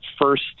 first